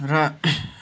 र